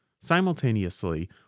simultaneously